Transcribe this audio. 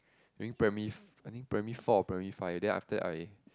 during primary f~ I think primary four or primary five then after that I